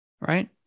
Right